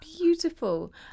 beautiful